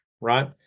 right